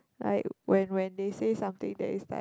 like when when they say something that is like